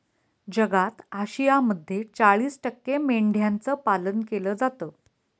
जगात आशियामध्ये चाळीस टक्के मेंढ्यांचं पालन केलं जातं